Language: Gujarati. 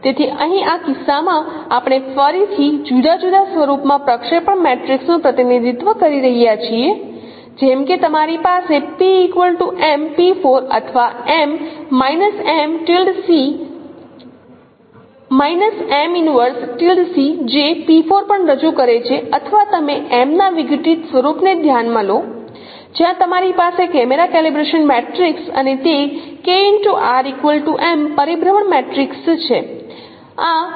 તેથી અહીં આ કિસ્સામાં આપણે ફરીથી જુદા જુદા સ્વરૂપ માં પ્રક્ષેપણ મેટ્રિક્સ નું પ્રતિનિધિત્વ કરી રહ્યાં છીએ જેમ કે તમારી પાસે અથવા જે પણ રજૂ કરે છે અથવા તમે M ના વિઘટિત સ્વરૂપ ને ધ્યાન માં લો જ્યાં તમારી પાસે કેમેરા કેલિબ્રેશન મેટ્રિક્સ અને તે પરિભ્રમણ મેટ્રિક્સ છે આ ભાગ છે